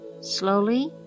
slowly